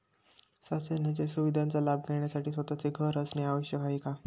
शासनाच्या सुविधांचा लाभ घेण्यासाठी स्वतःचे घर असणे आवश्यक आहे का?